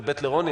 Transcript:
וב' לרוני,